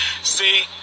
See